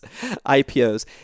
IPOs